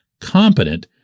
competent